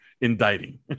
indicting